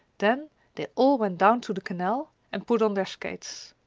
then they all went down to the canal and put on their skates.